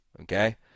okay